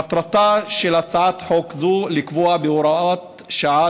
מטרתה של הצעת חוק זו לקבוע בהוראת שעה